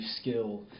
skill